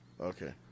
Okay